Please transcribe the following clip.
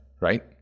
right